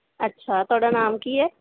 ਅੱਛਾ ਤੁਹਾਡਾ ਨਾਮ ਕੀ ਹੈ